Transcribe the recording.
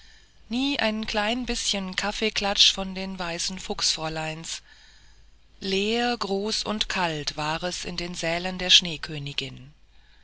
nie ein klein bißchen kaffeeklatsch von den weißen fuchsfräuleins leer groß und kalt war es in den sälen der schneekönigin